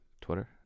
Twitter